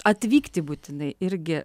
atvykti būtinai irgi